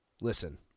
Listen